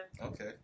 Okay